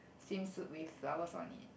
swimsuit with flowers on it